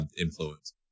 influence